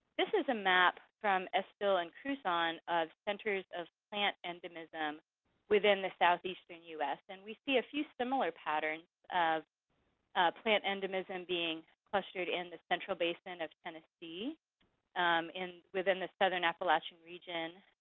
this is a map from estill and cruzan of centers of plant endemism within the southeastern u s, and we see a few similar patterns of plant endemism being clustered in the central basin of tennessee um and within the southern appalachian region,